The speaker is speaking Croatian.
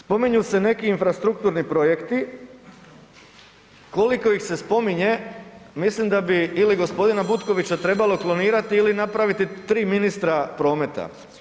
Spominju se neki infrastrukturni projekti, koliko ih se spominje, mislim da bi ili g. Butkovića trebalo klonirati ili napraviti tri ministra prometa.